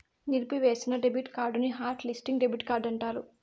నిలిపివేసిన డెబిట్ కార్డుని hot listing debit card అంటారు